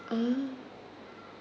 ah